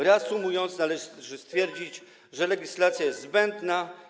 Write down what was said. Reasumując, należy stwierdzić, że ta legislacja jest zbędna.